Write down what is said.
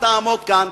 כשתעמוד כאן,